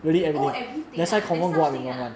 oh everything ah there's such thing ah